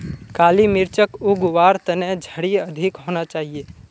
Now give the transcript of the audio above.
काली मिर्चक उग वार तने झड़ी अधिक होना चाहिए